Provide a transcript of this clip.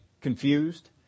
confused